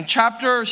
chapter